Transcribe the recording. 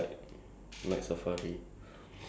dollars I think thirty seven or thirty eight